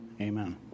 Amen